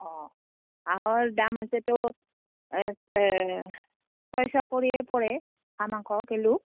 অঁ হাঁহৰ দাম হৈছেতো ছয়শ কৰিয়ে পৰে হাঁহ মাংস কিলো